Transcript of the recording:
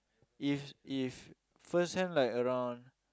if if first hand like around